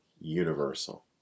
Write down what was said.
universal